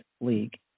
League